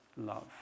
love